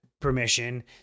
permission